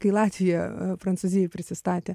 kai latvija prancūzijoj prisistatė